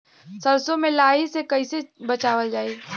सरसो में लाही से कईसे बचावल जाई?